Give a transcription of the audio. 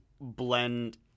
blend